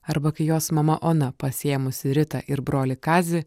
arba kai jos mama ona pasiėmusi ritą ir brolį kazį